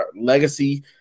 legacy